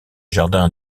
jardins